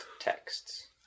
texts